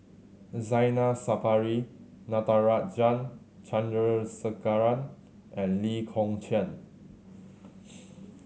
Zainal Sapari Natarajan Chandrasekaran and Lee Kong Chian